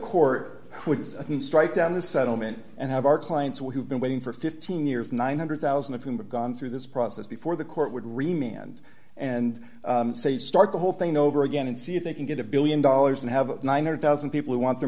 court would strike down the settlement and have our clients who have been waiting for fifteen years nine hundred thousand of whom have gone through this process before the court would remain and and say start the whole thing over again and see if they can get a one billion dollars and have nine hundred thousand dollars people who want their